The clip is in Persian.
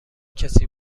کسی